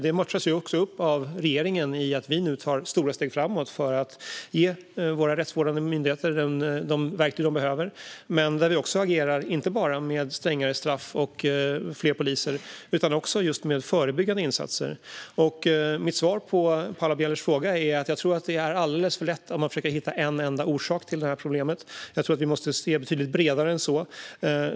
Detta matchas också av regeringen i och med att vi nu tar stora steg framåt för att ge våra rättsvårdande myndigheter de verktyg de behöver men också agerar inte bara med strängare straff och fler poliser utan också med förebyggande insatser. Mitt svar på Paula Bielers fråga är att jag tror att det är alldeles för lätt att man försöker hitta en enda orsak till det här problemet. Jag tror att vi måste se betydligt bredare på det än så.